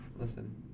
Listen